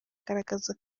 agaragaza